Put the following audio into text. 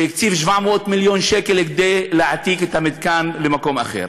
הקציב 700 מיליון שקלים כדי להעתיק את המתקן למקום אחר.